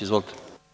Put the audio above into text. Izvolite.